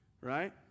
right